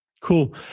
Cool